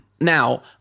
now